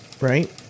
right